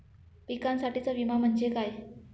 पिकांसाठीचा विमा म्हणजे काय?